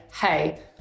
hey